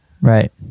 Right